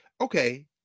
okay